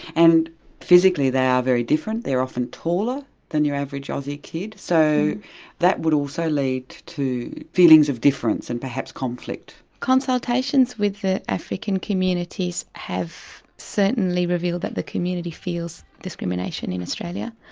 and physically they are very different, they are often taller than your average aussie kid, so that would also lead to feelings of difference and perhaps conflict? consultations with the african communities have certainly revealed that the community feels discrimination in australia.